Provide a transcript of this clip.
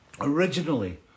Originally